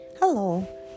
Hello